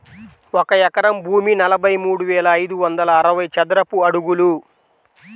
ఒక ఎకరం భూమి నలభై మూడు వేల ఐదు వందల అరవై చదరపు అడుగులు